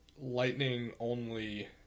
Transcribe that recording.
Lightning-only